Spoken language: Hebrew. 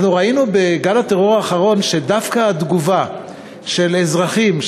בגל הטרור האחרון ראינו שדווקא התגובה של אזרחים,